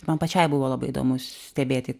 man pačiai buvo labai įdomu stebėti